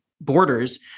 borders